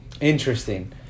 Interesting